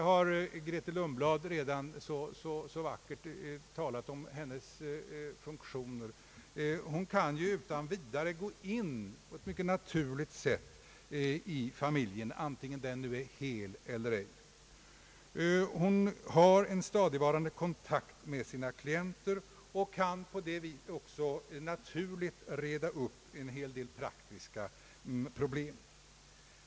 Fru Grethe Lundblad har nyss talat om barnavårdsmannens funktioner: En barnavårdsman kan utan vidare på ett naturligt sätt anknytas till familjen, antingen den nu är hel eller ej. Barnavårdsmannen har en stadigvarande kontakt med sina klienter och kan på det sättet mycket naturligt ordna upp en del praktiska problem.